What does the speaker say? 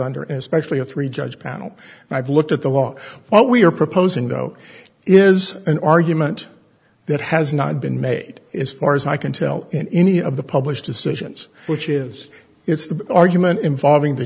under as specially a three judge panel i've looked at the law what we are proposing though is an argument that has not been made as far as i can tell in any of the published decisions which is it's the argument involving t